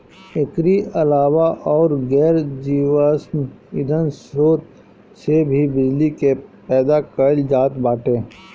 एकरी अलावा अउर गैर जीवाश्म ईधन स्रोत से भी बिजली के पैदा कईल जात बाटे